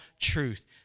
truth